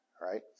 right